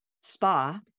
spa